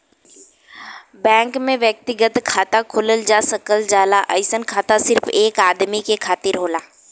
bank में व्यक्तिगत खाता खोलल जा सकल जाला अइसन खाता सिर्फ एक आदमी के खातिर होला